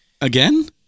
Again